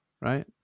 right